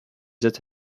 that